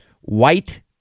white